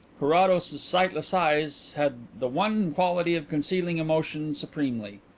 carrados's sightless eyes had the one quality of concealing emotion supremely.